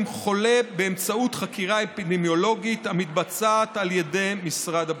חולה באמצעות חקירה אפידמיולוגית המתבצעת על ידי משרד הבריאות.